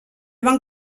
van